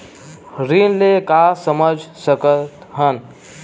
ऋण ले का समझ सकत हन?